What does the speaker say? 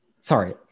Sorry